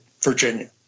Virginia